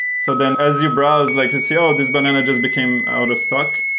so then as you browse, like say, oh! this banana just became out of stock,